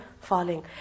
falling